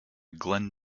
glenn